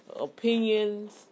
opinions